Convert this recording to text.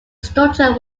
structure